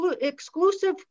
exclusive